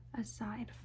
aside